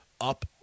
up